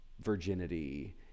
virginity